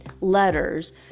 letters